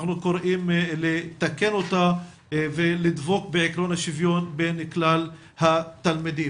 אנחנו קוראים לתקן אותה ולדבוק בעקרון השוויון בין כלל התלמידים.